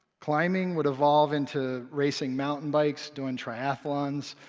climbing would evolve into racing mountain bikes, doing triathlons,